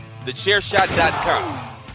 Thechairshot.com